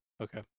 Okay